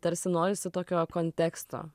tarsi norisi tokio konteksto